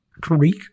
Greek